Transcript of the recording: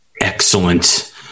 excellent